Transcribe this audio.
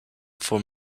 for